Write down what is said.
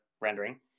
rendering